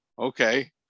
okay